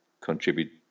contribute